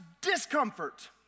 discomfort